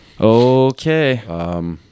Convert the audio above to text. Okay